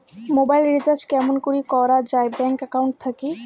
Mobile recharge কেমন করি করা যায় ব্যাংক একাউন্ট থাকি?